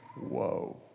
whoa